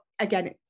again